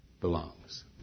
belongs